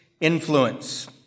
influence